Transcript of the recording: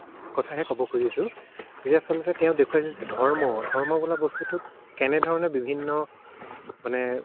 কথাহে ক'ব খুজিছোঁ যে আচলতে তেওঁ দেখুৱাইছে যে ধৰ্ম ধৰ্ম বোলা বস্তুটোত কেনেধৰণে বিভিন্ন মানে